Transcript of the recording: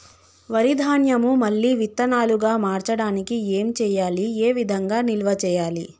వరి ధాన్యము మళ్ళీ విత్తనాలు గా మార్చడానికి ఏం చేయాలి ఏ విధంగా నిల్వ చేయాలి?